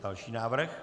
Další návrh.